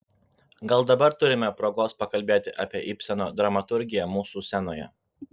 gal dabar turime progos pakalbėti apie ibseno dramaturgiją mūsų scenoje